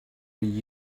with